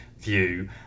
view